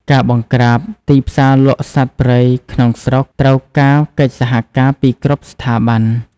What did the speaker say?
ការបង្ក្រាបទីផ្សារលក់សត្វព្រៃក្នុងស្រុកត្រូវការកិច្ចសហការពីគ្រប់ស្ថាប័ន។